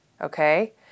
Okay